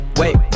wait